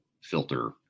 filter